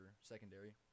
secondary